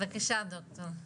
בבקשה, דוקטור.